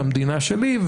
למדינה שלי,